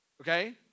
okay